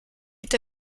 est